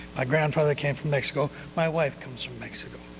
ah grandfather came from mexico. my wife comes from mexico.